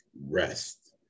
rest